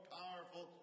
powerful